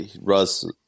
Russ